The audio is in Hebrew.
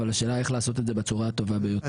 אבל השאלה היא: איך ניתן לעשות את זה בצורה הטובה ביותר?